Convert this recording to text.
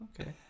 okay